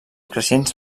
creixents